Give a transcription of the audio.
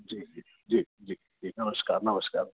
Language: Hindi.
जी जी जी जी नमस्कार नमस्कार